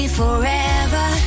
forever